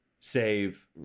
save